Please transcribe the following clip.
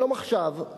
"שלום עכשיו"